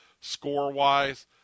score-wise